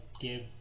give